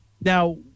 Now